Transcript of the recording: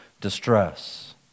distress